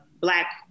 black